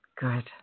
Good